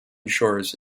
shores